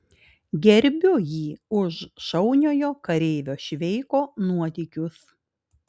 gerbiu jį už šauniojo kareivio šveiko nuotykius